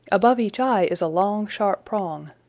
above each eye is a long sharp prong.